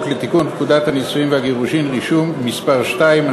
לתיקון פקודת הנישואין והגירושין (רישום) (מס' 2),